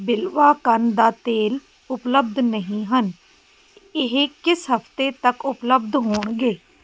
ਵਿਲਵਾ ਕੰਨ ਦਾ ਤੇਲ ਉਪਲੱਬਧ ਨਹੀਂ ਹਨ ਇਹ ਕਿਸ ਹਫ਼ਤੇ ਤੱਕ ਉਪਲੱਬਧ ਹੋਣਗੇ